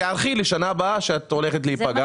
תיערכי לשנה הבאה שאת הולכת להיפגע.